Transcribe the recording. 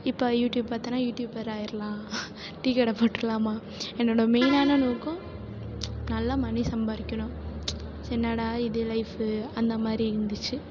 இப்போ யூடியூப் பாத்தேனா யூடியூப்பர் ஆயிடுலாம் டீக்கடை போட்டுடுலாமா என்னோடய மெயினான நோக்கம் நல்லா மணி சம்பாரிக்கணும் ச என்னடா இது லைஃபு அந்த மாதிரி இருந்துச்சு